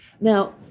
Now